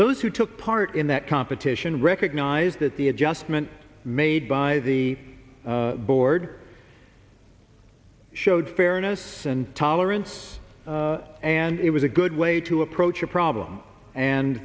those who took part in that competition recognized that the adjustment made by the board showed fairness and tolerance and it was a good way to approach a problem and